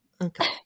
Okay